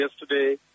yesterday